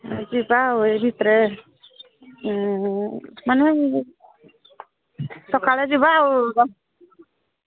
ଯିବା ଆଉ ଏଇ ଭିତରେ ମାନେ ସକାଳେ ଯିବା ଆଉ